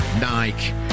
Nike